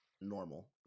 normal